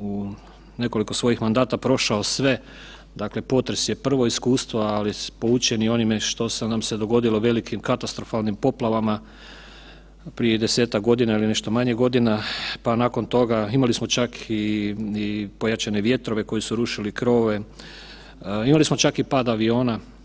u nekoliko svojih mandata prošao sve, dakle potres je prvo iskustvo, ali poučeni onime što nam se dogodilo velikim katastrofalnim poplavama prije desetak godina ili nešto manje godina, pa nakon toga imali smo čak i pojačane vjetrove koji su rušili krovove, imali smo čak i pad aviona.